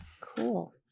cool